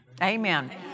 Amen